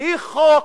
בלי חוק,